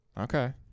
Okay